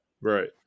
Right